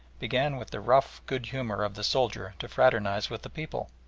began with the rough good-humour of the soldier to fraternise with the people.